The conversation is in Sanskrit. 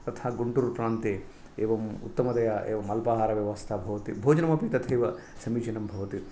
तथा गुण्टुर्प्रान्ते एवमुत्तमतया एवम् अल्पाहारव्यवस्था भवति भोजनमपि तथैव समीचीनं भवति